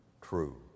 true